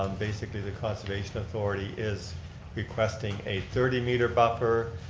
um basically the conservation authority is requesting a thirty meter buffer,